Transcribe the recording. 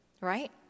right